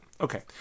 Okay